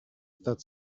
that